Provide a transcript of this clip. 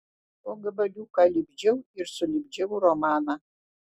po gabaliuką lipdžiau ir sulipdžiau romaną